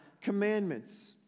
commandments